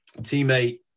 teammate